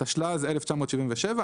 התשל"ז-1977 ,